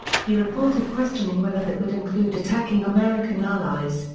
he reported questioning whether that would include attacking american allies,